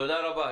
תודה רבה.